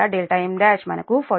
230 m1మనకు 47